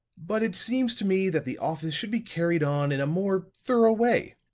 but it seems to me that the office should be carried on in a more thorough way.